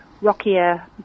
rockier